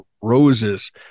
roses